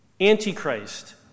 Antichrist